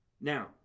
Now